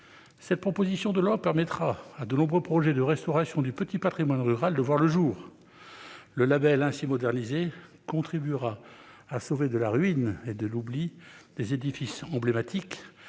Cette proposition de loi permettra à de nombreux projets de restauration du petit patrimoine rural de voir le jour. Le label ainsi modernisé contribuera à sauver de la ruine et de l'oubli des édifices emblématiques,